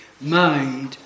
made